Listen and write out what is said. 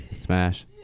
Smash